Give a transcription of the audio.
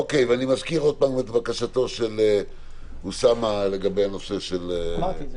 אני מזכיר שוב את בקשתו של אוסאמה לגבי אירועי הספורט.